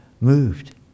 moved